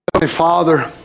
Father